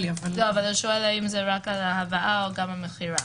שואל האם זה רק על ההבאה או גם על המכירה.